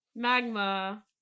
Magma